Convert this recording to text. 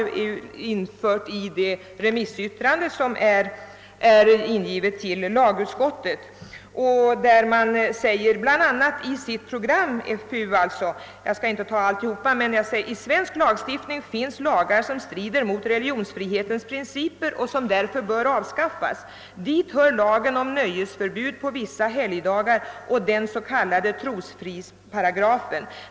Det refererades också i remissyttrandet från FPU till första lagutskottet i detta ärende. Det heter i FPU programmet bl.a. följande: »I svensk lagstiftning finns lagar som strider mot religionsfrihetens principer och som därför bör avskaffas. Dit hör lagen om nöjesförbud på vissa helgdagar och den s.k. trosfridsparagrafen.